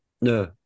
No